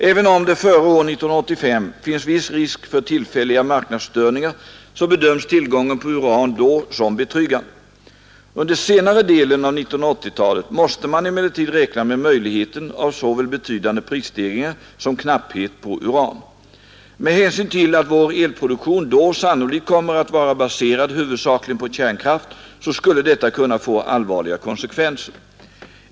Även om det före år 1985 finns viss risk för tillfälliga marknadsstörningar bedöms tillgången på uran då som betryggande. Under senare delen av 1980-talet måste man emellertid räkna med möjligheten av såväl betydande prisstegringar som knapphet på uran. Med hänsyn till att vår elproduktion då sannolikt kommer att vara baserad huvudsakligen på kärnkraft skulle detta kunna få allvarliga konsekvenser.